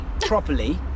properly